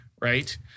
right